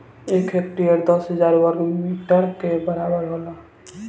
एक हेक्टेयर दस हजार वर्ग मीटर के बराबर होला